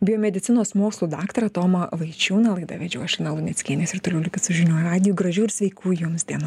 biomedicinos mokslų daktarą tomą vaičiūną laidą vedžiau aš lina luneckienė s ir toliau likit su žinių radiju gražių ir sveikų jums dienų